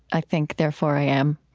i think, therefore i am.